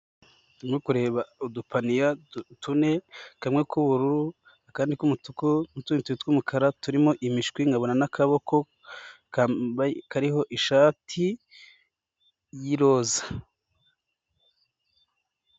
No kureba udupaniya tune: kamwe k'ubururu, akandi k'umutuku, utundi tw'umukara, turimo imishwi nkabona n'akaboko kariho ishati y'iroza.